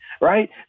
right